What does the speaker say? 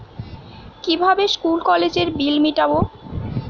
কিভাবে স্কুল কলেজের বিল মিটাব?